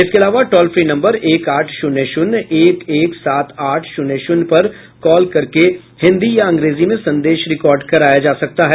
इसके अलावा toll free number एक आठ शून्य शून्य एक एक सात आठ शून्य शून्य पर कॉल करके हिन्दी या अंग्रेजी में संदेश रिकार्ड कराया जा सकता है